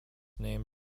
name